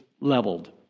leveled